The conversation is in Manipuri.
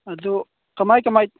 ꯑꯗꯨ ꯀꯃꯥꯏꯅ ꯀꯃꯥꯏꯅ